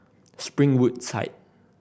Springwood